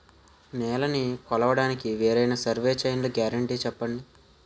నేలనీ కొలవడానికి వేరైన సర్వే చైన్లు గ్యారంటీ చెప్పండి?